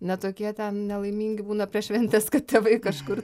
ne tokie ten nelaimingi būna prieš šventes kad tėvai kažkur